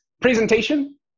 presentation